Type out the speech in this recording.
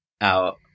out